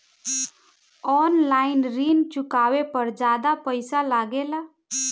आन line ऋण चुकावे पर ज्यादा पईसा लगेला?